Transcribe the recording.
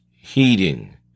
heating